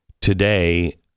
Today